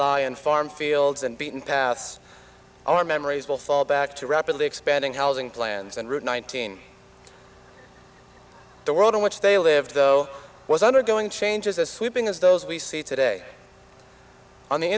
lie and farm fields and beaten paths our memories will fall back to rapidly expanding housing plans and route nineteen the world in which they live though was undergoing changes as sweeping as those we see today on the